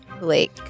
lake